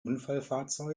unfallfahrzeug